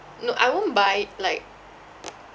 no I won't buy like